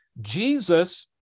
Jesus